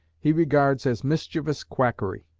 he regards as mischievous quackery.